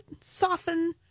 soften